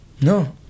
No